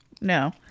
No